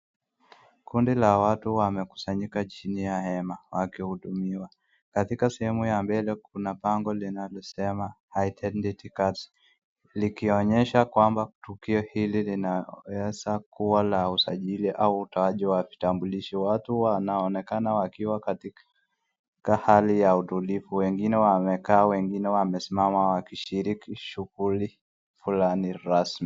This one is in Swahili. Kundi la watu wamekusanyika chini ya hema wakihudumiwa. Katika sehemu ya mbele kuna bango linalosema haitendeki kazi likionyesha kwamba tukio hili linaweza kuwa la usajili au utoaji wa vitambulisho. Watu wanaonekana wakiwa katika hali ya utulivu wengine wamekaa wengine wamesimama wakishiriki shughuli fulani rasmi.